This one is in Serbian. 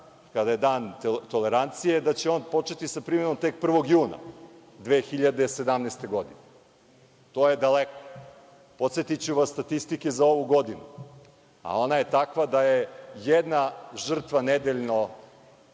kada je dan tolerancije, da će on početi sa primenom tek 1. juna 2017. godine. To je daleko. Podsetiću vas statistike za ovu godinu, a ona je takva da je jedna žrtva nedeljno